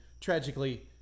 tragically